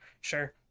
Sure